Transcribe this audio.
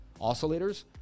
oscillators